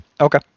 Okay